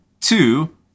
two